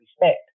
respect